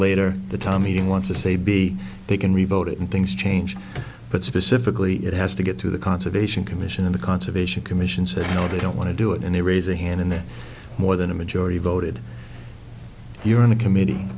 later the time he wants to say b they can rebuild it and things change but specifically it has to get through the conservation commission and the conservation commission said no they don't want to do it and they raise a hand and they're more than a majority voted you're on the committee